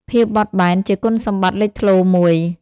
ភាពបត់បែន ជាគុណសម្បត្តិលេចធ្លោមួយ។